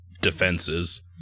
defenses